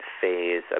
phase